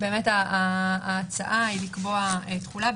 ההצעה היא לקבוע תחולה,